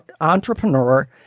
entrepreneur